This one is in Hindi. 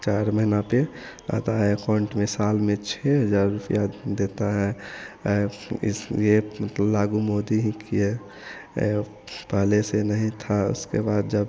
चार महीना पर आता है एकाउन्ट में साल में छह हज़ार रुपया देता है इस यह मतलब लागू मोदी ही किए पहले से नहीं था उसके बाद जब